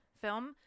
film